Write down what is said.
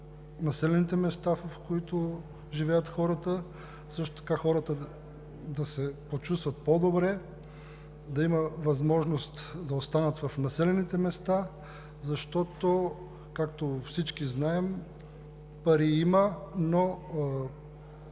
населените места, в които живеят хората, да се почувстват по-добре, да има възможност да останат в населените места, защото, както всички знаем, пари има, но